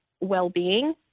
well-being